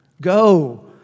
go